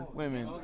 women